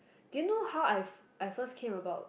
do you know how I I first came about